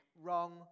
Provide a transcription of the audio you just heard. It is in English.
wrong